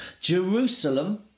Jerusalem